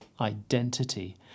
identity